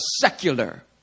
secular